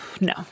No